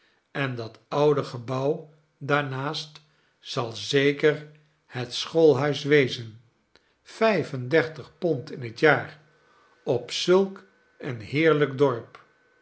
en dat oude gebouw daarnaast zal zeker het schoolhuis wezen vijf en dertig pond in het jaar op zulk een heerlijk dorp